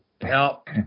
Help